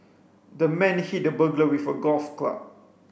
the man hit the burglar with a golf club